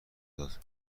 دهد